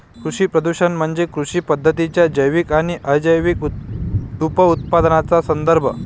कृषी प्रदूषण म्हणजे कृषी पद्धतींच्या जैविक आणि अजैविक उपउत्पादनांचा संदर्भ